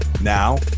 Now